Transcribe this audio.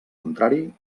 contrari